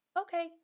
Okay